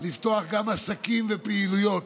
לפתוח גם עסקים ופעילויות,